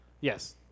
Yes